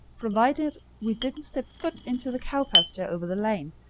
provided we didn't step foot into the cow pasture over the lane,